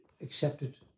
accepted